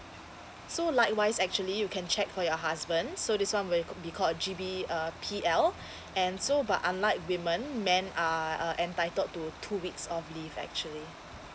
so likewise actually you can check for your husband so this one will ca~ be called G_B uh P_L and so but unlike women men are uh entitled to two weeks of leave actually